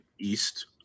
east